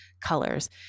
colors